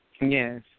Yes